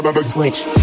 Switch